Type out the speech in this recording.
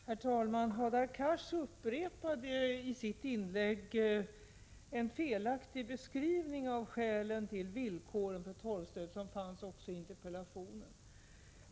Herr talman! Hadar Cars upprepade i sitt inlägg den felaktiga beskrivning av skälen till villkoren för torvstöd som fanns också i interpellationen.